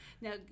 Now